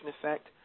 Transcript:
effect